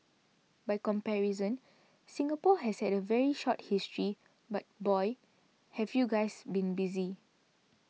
by comparison Singapore has had a very short history but boy have you guys been busy